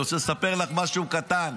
אני רוצה לספר לך משהו קטן.